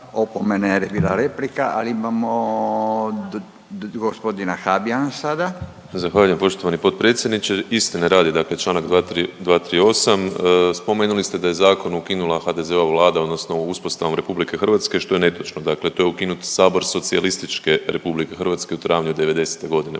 Opomena jer je bila replika, ali imamo gospodina Habijana sada. **Habijan, Damir (HDZ)** Zahvaljujem poštovani potpredsjedniče. Istine radi, dakle članak 238. Spomenuli ste da je zakon ukinula HDZ-ova Vlada, odnosno uspostavom Republike Hrvatske što je netočno. Dakle, to je ukinut Sabor Socijalističke Republike Hrvatske u travnju '90. godine,